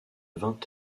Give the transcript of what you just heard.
vingt